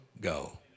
go